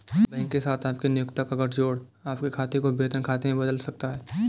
bank के साथ आपके नियोक्ता का गठजोड़ आपके खाते को वेतन खाते में बदल सकता है